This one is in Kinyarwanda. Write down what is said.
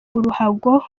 uruhago